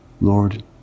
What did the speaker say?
Lord